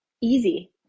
easy